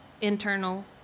internal